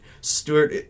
Stewart